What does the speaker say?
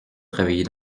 travailler